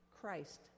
Christ